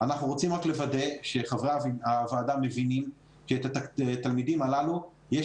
אנחנו רוצים רק לוודא שחברי הוועדה מבינים שאת התלמידים הללו יש